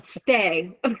stay